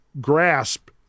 grasp